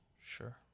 Sure